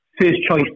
first-choice